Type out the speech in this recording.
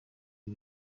ibi